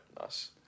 Nice